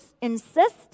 insist